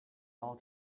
all